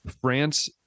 France